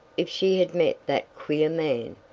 if she had met that queer man?